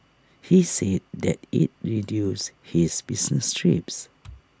he said that IT reduces his business trips